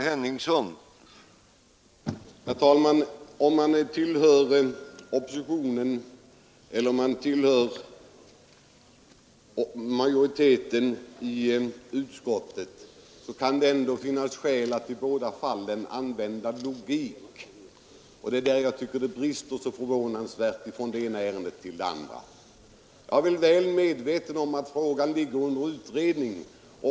Herr talman! Man må tillhöra oppositionen eller majoriteten i utskottet — i båda fallen kan det ändå finnas skäl att använda logik, och det är där jag tycker att det brister så förvånansvärt från det ena ärendet till det andra. Jag är väl medveten om att frågan ligger under utredning.